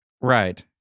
Right